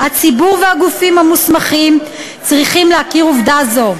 הציבור והגופים המוסמכים צריכים להכיר עובדה זו.